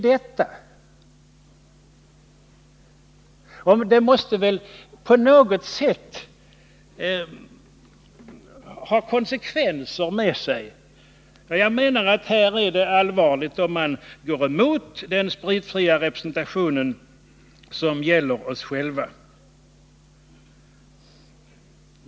Detta måste på något sätt få konsekvenser för oss själva. Jag menar att det är allvarligt att gå emot förslaget om den spritfria representationen, som gäller oss själva.